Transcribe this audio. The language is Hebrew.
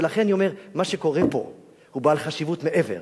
ולכן אני אומר שמה שקורה פה הוא בעל חשיבות מעבר